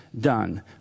done